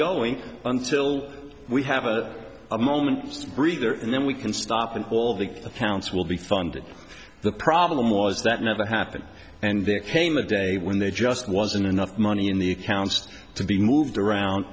going until we have a moment breather and then we can stop and all of the accounts will be funded the problem was that never happened and there came a day when there just wasn't enough money in the accounts to be moved around